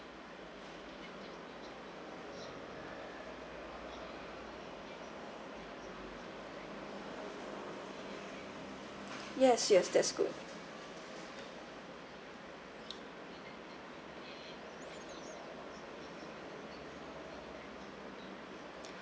yes yes that's good